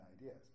ideas